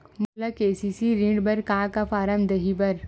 मोला के.सी.सी ऋण बर का का फारम दही बर?